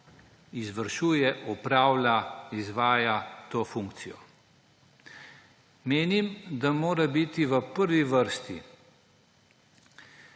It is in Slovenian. izvršuje, opravlja, izvaja to funkcijo. Menim, da mora biti v prvi vrsti